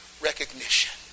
recognition